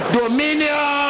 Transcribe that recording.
dominion